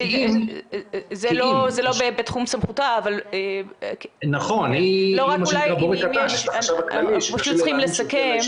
זה לא בתחום סמכותה אבל רק אולי --- אנחנו פשוט צריכים לסכם.